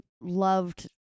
loved